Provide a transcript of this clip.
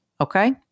Okay